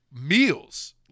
meals